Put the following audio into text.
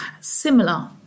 similar